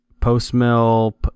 post-mill